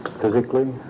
Physically